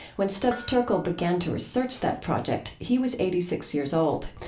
when studs terkel began to research that project, he was eighty six years old.